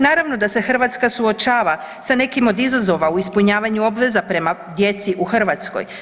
Naravno da se Hrvatska suočava sa nekim od izazova u ispunjavanju obveza prema djeci u Hrvatskoj.